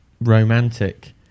romantic